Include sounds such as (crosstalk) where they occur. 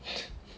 (noise)